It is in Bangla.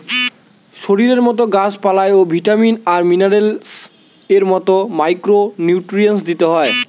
শরীরের মতো গাছ পালায় ও ভিটামিন আর মিনারেলস এর মতো মাইক্রো নিউট্রিয়েন্টস দিতে হয়